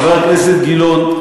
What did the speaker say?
חבר הכנסת גילאון,